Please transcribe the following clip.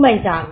உண்மைதான்